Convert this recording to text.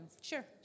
Sure